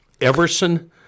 Everson